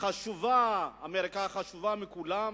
אמריקה החשובה מכולם,